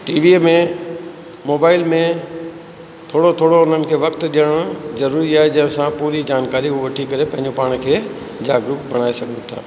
टीवीअ में मोबाइल में थोरो थोरो उन्हनि खे वक़्ति ॾियणु ज़रूरी आहे जंहिंसा पूरी जानकारी हूअ वठी करे पंहिंजो पाण खे जागरुक बणाए छॾीनि था